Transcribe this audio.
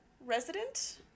Resident